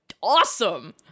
awesome